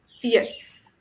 Yes